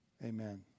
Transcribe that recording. Amen